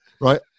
right